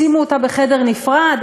שימו אותה בחדר נפרד,